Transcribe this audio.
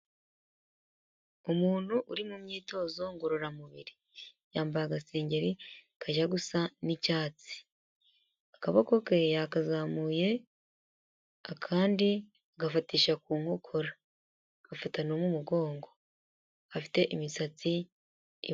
Umuntu uri mu myitozo ngororamubiri, yambaye agasengengeri kajya gusa n'icyatsi. Akaboko ke yakazamuye, akandi gafatisha ku nkokora, afata no mumugongo, afite imisatsi ye.